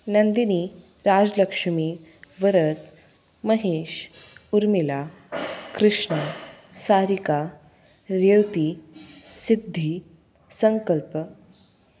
नंदिनी राजलक्ष्मी वरद महेश उर्मिला कृष्णा सारिका रेवती सिद्धी संकल्प